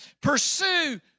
Pursue